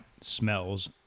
smells